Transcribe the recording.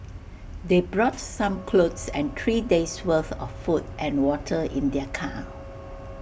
they brought some clothes and three days' worth of food and water in their car